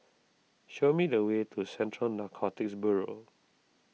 show me the way to Central Narcotics Bureau